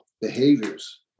behaviors